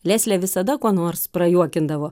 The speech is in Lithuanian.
leslė visada kuo nors prajuokindavo